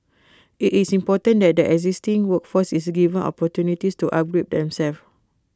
IT is important that the existing workforce is given opportunities to upgrade themselves